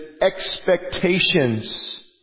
expectations